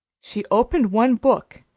she opened one book,